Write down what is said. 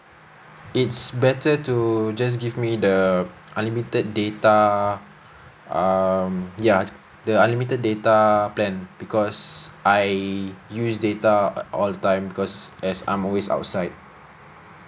it's better to just give me the unlimited data um ya the unlimited data plan because I use data uh all the time because as I'm always outside